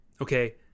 Okay